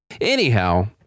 Anyhow